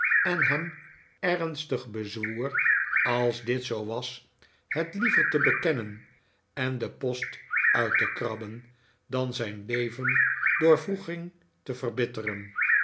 en hem ernstig bezwoer als dit zoo was het liever te bekennen en den post uit te krabben dan zijn leven door wroeging te verbitteren